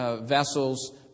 vessels